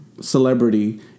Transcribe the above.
celebrity